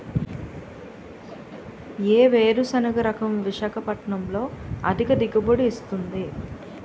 ఏ వేరుసెనగ రకం విశాఖపట్నం లో అధిక దిగుబడి ఇస్తుంది?